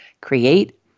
create